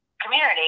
community